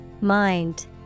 Mind